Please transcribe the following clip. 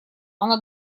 она